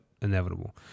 inevitable